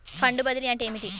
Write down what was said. Fund బదిలీ అంటే ఏమిటి?